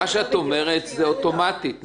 מה את אומרת זה אוטומטית.